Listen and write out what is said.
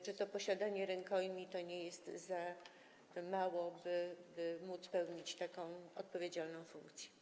Czy posiadanie rękojmi to nie jest za mało, by móc pełnić tak odpowiedzialną funkcję?